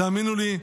תאמינו לי,